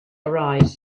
arise